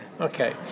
Okay